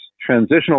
transitional